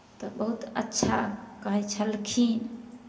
तऽ बहुत अच्छा कहै छलखिन